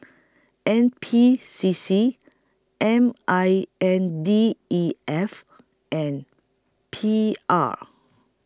N P C C M I N D E F and P R